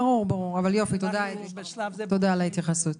תודה רבה על ההתייחסות.